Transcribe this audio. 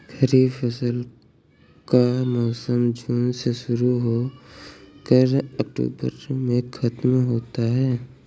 खरीफ फसल का मौसम जून में शुरू हो कर अक्टूबर में ख़त्म होता है